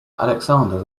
alexander